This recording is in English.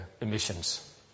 emissions